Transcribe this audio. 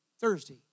Thursday